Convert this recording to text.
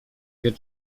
wie